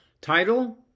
Title